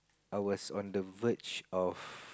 I was on the verge of